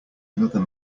another